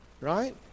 right